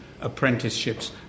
apprenticeships